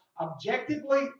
objectively